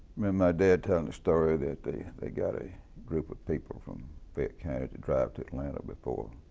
my my dad telling a story that they they got a group of people from fayette county to drive to atlanta before